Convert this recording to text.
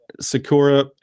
sakura